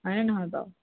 হয়নে নহয় বাৰু